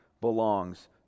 belongs